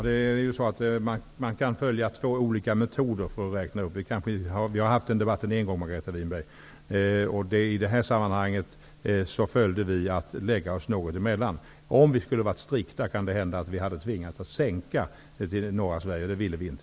Herr talman! Man kan följa två olika metoder för uppräkning. Vi har haft den sortens debatt redan en gång, Margareta Winberg. I det här sammanhanget valde regeringen ett mellanläge. Om vi i regeringen hade varit strikta vid vårt val, kunde vi ha tvingats att sänka stödet till norra Sverige. Det ville vi inte.